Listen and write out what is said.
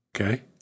Okay